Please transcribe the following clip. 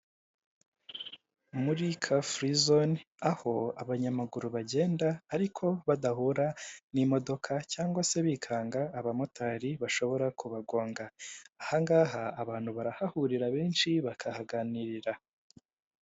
Muri kari furi zone aho abanyamaguru bagenda ariko badahura n'imodoka, cyangwa se bikanga abamotari bashobora kubagonga, ahangaha abantu barahahurira benshi bakahaganirira.